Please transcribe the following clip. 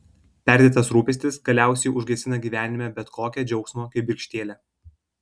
perdėtas rūpestis galiausiai užgesina gyvenime bet kokią džiaugsmo kibirkštėlę